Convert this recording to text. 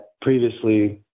previously